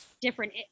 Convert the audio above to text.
different